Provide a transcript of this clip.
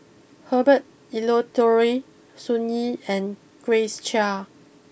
Herbert Eleuterio Sun Yee and Grace Chia